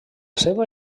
seva